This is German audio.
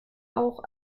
auch